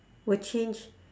will change